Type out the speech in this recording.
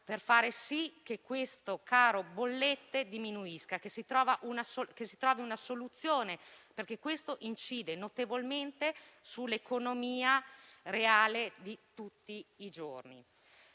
per far sì che il caro bollette diminuisca e si trovi una soluzione, perché questo incide notevolmente sull'economia reale di tutti i giorni.